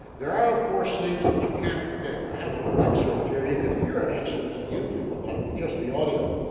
there are of course things that you can't predict. i have a little excerpt here you can hear it actually there's a youtube about it with just the audio.